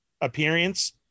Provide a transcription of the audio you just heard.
appearance